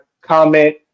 comment